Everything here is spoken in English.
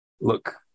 Look